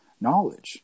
knowledge